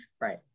right